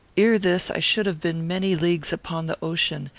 ere this, i should have been many leagues upon the ocean,